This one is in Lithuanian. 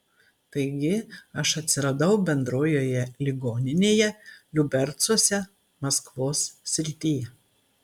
taigi aš atsiradau bendrojoje ligoninėje liubercuose maskvos srityje